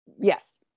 yes